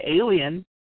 Alien –